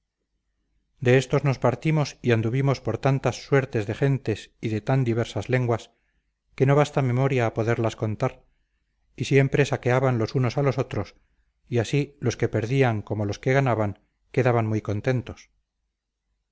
de estos nos partimos y anduvimos por tantas suertes de gentes y de tan diversas lenguas que no basta memoria a poderlas contar y siempre saqueaban los unos a los otros y así los que perdían como los que ganaban quedaban muy contentos